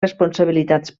responsabilitats